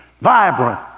vibrant